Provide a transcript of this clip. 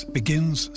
begins